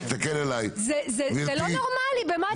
זה לא נורמלי במה אתם מתעסקים.